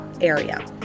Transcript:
area